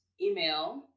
email